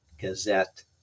Gazette